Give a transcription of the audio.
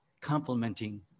complementing